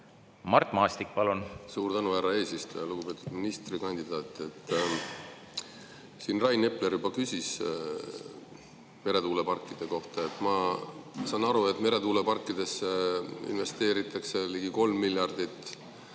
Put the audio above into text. Mart Maastik, palun! Suur tänu, härra eesistuja! Lugupeetud [pea]ministrikandidaat! Rain Epler juba küsis meretuuleparkide kohta. Ma saan aru, et meretuuleparkidesse investeeritakse ligi 3 miljardit,